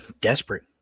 desperate